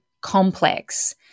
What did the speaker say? complex